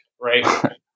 right